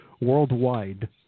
worldwide